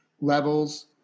levels